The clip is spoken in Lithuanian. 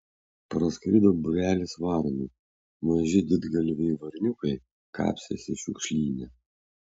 praskrido būrelis varnų maži didgalviai varniukai kapstėsi šiukšlyne